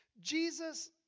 Jesus